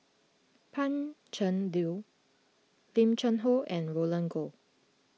Pan Cheng Lui Lim Cheng Hoe and Roland Goh